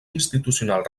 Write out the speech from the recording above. institucional